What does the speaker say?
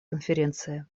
конференции